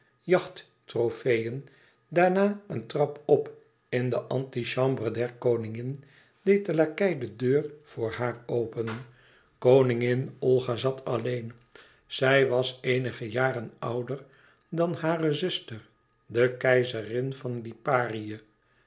elandkoppen jachttrofeeën daarna een trap op in de antichambre der koningin deed de lakei de deur voor haar open koningin olga zat alleen zij was eenige jaren ouder dan hare zuster de keizerin van liparië